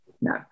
No